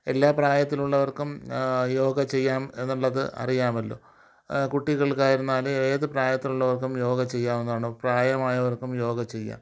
എല്ലാ പ്രായത്തിൽ ഉള്ളവർക്കും യോഗ ചെയ്യാം എന്നുള്ളത് അറിയാമല്ലോ കുട്ടികൾക്ക് ആയിരുന്നാലും ഏത് പ്രായത്തിലുള്ളവർക്കും യോഗ ചെയ്യാവുന്നതാണ് പ്രായമായവർക്കും യോഗ ചെയ്യാം